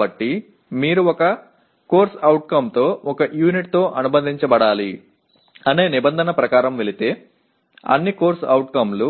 కాబట్టి మీరు ఒక CO తో ఒక యూనిట్తో అనుబంధించబడాలి అనే నిబంధన ప్రకారం వెళితే అన్ని CO లు